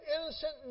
innocent